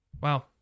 Wow